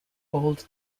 old